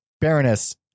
baroness